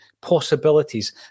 possibilities